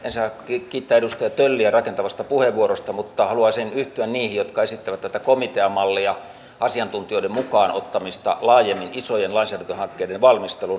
mutta koska tänään me puhumme erityisesti sisäministeriön hallinnonalan asioista niin siltä osin keskityn nyt tämän ulkoisen turvallisuuden parissa käytyyn keskusteluun